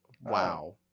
Wow